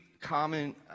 common